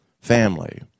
family